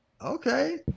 Okay